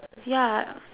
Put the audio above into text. ya